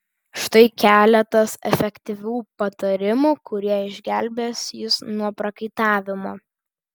štai keletas efektyvių patarimų kurie išgelbės jus nuo prakaitavimo